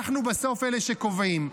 אנחנו בסוף אלה שקובעים.